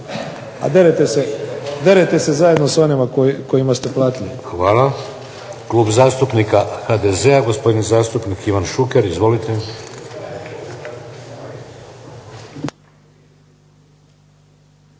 A derete se zajedno s onima kojima ste platili. **Šeks, Vladimir (HDZ)** Hvala. Klub zastupnika HDZ-a, gospodin zastupnik Ivan Šuker. Izvolite.